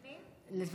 פנים?